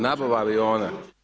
Nabava aviona.